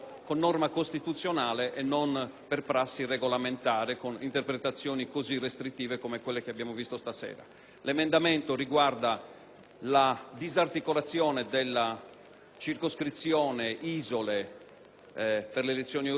L'emendamento riguarda la disarticolazione della circoscrizione isole per le elezioni europee. Mi rifaccio all'argomento della discussione generale: non è possibile